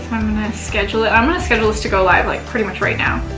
schedule it. i'm gonna schedule this to go live like, pretty much right now.